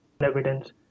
evidence